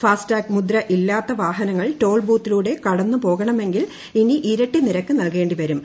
ഫാസ് tag മുദ്ര ഇല്ലാത്ത വാഹനങ്ങൾ ടോൾ ബൂത്തിലൂടെ കടന്നു പോകണമെങ്കിൽ ഇനി ഇരട്ടി നിരക്ക് നൽകേണ്ടി വരും